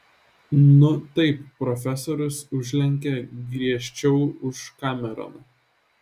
nu taip profesorius užlenkė griežčiau už kameroną